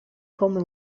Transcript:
come